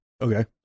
Okay